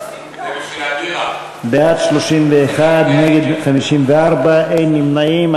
תמיכות בענפי המשק (עסקים קטנים ובינוניים),